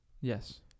Yes